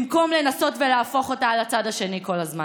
במקום לנסות להפוך אותה לצד השני כל הזמן,